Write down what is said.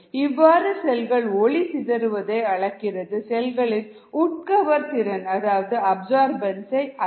இவ்வாறு செல்கள் ஒளி சிதறுவதை அளக்கிறது செல்களின் உட்கவர்திறன் அதாவது அப்சர்பன்ஸ் ஐ அல்ல